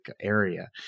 area